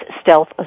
Stealth